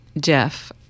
Jeff